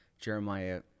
Jeremiah